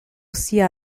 sia